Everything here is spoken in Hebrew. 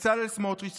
בצלאל סמוטריץ',